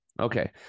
Okay